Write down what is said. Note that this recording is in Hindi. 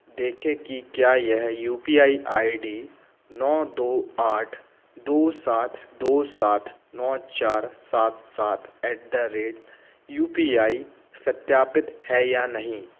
देखें कि क्या यह U P I I D नौ दो आठ दो सात दो सात नौ चार सात सात एट द रेट क्या यह यू सत्यापित है या नहीं